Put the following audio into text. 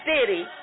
city